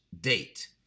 date